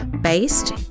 based